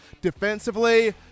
Defensively